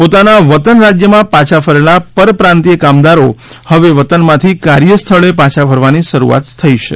પોતાના વતન રાજ્યમાં પાછા ફરેલા પરપ્રાંતિય કામદારો હવે વતનમાંથી કાર્યસ્થળે પાછા ફરવાની શરૂઆત થઈ છે